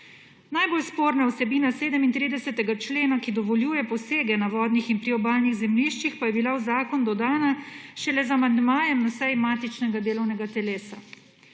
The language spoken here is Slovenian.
Najbolj sporna vsebina 37. člena, ki dovoljuje posege na vodnih in priobalnih zemljiščih, pa je bila v zakon dodana šele z amandmajem na seji matičnega delovnega telesa.